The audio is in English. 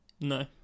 No